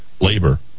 Labor